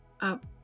up